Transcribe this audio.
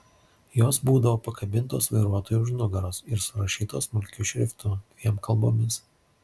jos būdavo pakabintos vairuotojui už nugaros ir surašytos smulkiu šriftu dviem kalbomis